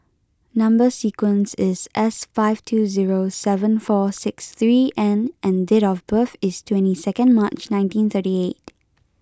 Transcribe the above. number sequence is S five two zero seven four six three N and date of birth is twenty second March nineteen thirty eight